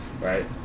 right